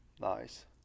Nice